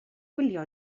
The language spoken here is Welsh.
wylio